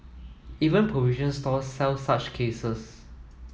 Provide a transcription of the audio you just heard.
even provision stores sell such cases